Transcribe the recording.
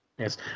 Yes